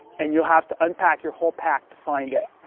and you'll have to unpack your whole pack to find it.